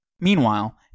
Meanwhile